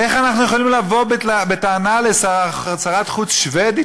איך אנחנו יכולים לבוא בטענה לשרת חוץ שבדית